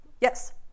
yes